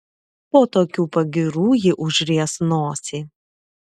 po tokių pagyrų ji užries nosį